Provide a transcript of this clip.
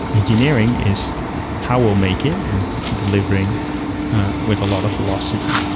engineering is how we'll make it and delivering with a lot of velocity,